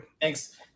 Thanks